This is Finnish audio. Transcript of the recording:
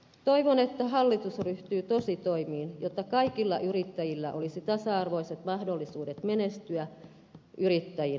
toivon että hallitus ryhtyy tositoimiin jotta kaikilla yrittäjillä olisi tasa arvoiset mahdollisuudet menestyä yrittäjinä